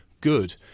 good